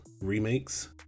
remakes